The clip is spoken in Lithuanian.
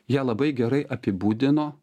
ją labai gerai apibūdino